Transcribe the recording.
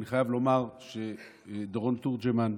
אני חייב לומר שלדורון תורג'מן,